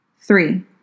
Three